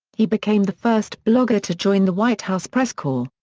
he became the first blogger to join the white house press corps.